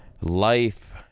life